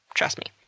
trust me.